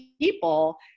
people